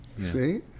See